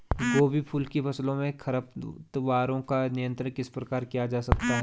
गोभी फूल की फसलों में खरपतवारों का नियंत्रण किस प्रकार किया जा सकता है?